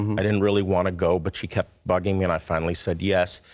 um i didn't really want to go, but she kept bugging me and i finally said yes.